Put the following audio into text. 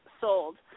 sold